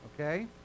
Okay